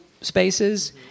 spaces